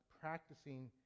practicing